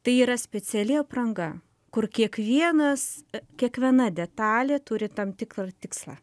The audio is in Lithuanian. tai yra speciali apranga kur kiekvienas kiekviena detalė turi tam tikrą tikslą